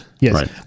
Yes